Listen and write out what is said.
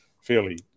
fairly